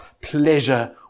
pleasure